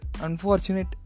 unfortunate